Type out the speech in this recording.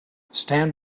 stand